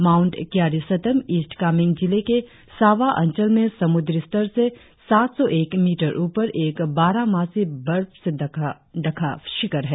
Mount Kyarisatam East Kameng जिले के सावा अंचल में समुद्री स्तर से सात सौ एक मीटर ऊपर एक बारहमासी बर्फ से ढका शिखर है